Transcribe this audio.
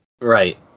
right